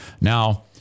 now